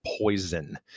poison